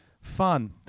fun